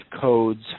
codes